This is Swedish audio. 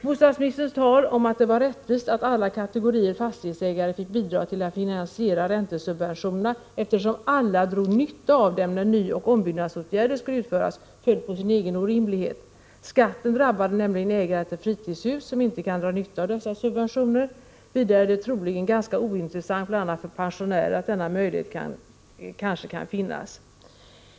Bostadsministerns tal om att det var rättvist att alla kategorier fastighetsägare fick bidra till att finansiera räntesubventionerna, eftersom alla drog nytta av dem när nyoch ombyggnadsåtgärder skulle utföras, föll på sin egen orimlighet. Skatten drabbade nämligen ägare till fritidshus som inte kan dra nytta av dessa subventioner. Vidare är det troligen ganska ointressant bl.a. för pensionärer att denna möjlighet kanske kan finnas.